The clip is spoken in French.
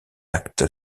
acte